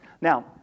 Now